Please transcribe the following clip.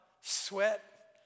sweat